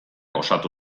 osatu